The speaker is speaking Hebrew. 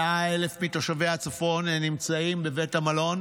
100,000 מתושבי הצפון נמצאים בבתי מלון.